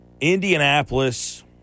Indianapolis